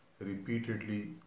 repeatedly